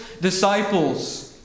disciples